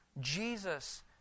Jesus